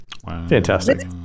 Fantastic